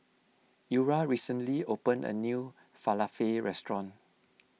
Eura recently opened a new Falafel restaurant